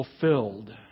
fulfilled